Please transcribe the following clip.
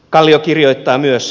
kallio kirjoittaa myös